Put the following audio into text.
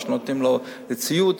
מה שנותנים לו לציוד,